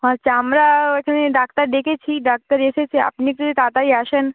আচ্চা আমরা এখানে ডাক্তার ডেকেছি ডাক্তার এসেছে আপনি একটু যদি তাড়াতাড়ি আসেন